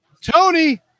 Tony